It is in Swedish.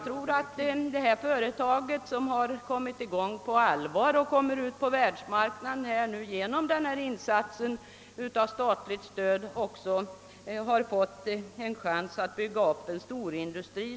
Det företag det gäller, som nu på allvar kommit i gång med sin verksamhet och kommer ut på världsmarknaden tack vare det statliga stödet, har fått chansen att bygga upp en storindustri.